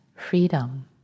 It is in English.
freedom